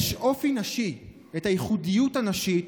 יש אופי נשי, את הייחודיות הנשית,